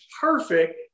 perfect